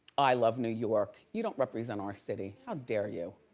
i love new york. you don't represent our city. how dare you,